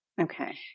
Okay